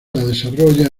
desarrollada